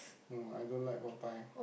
no I don't like Popeyes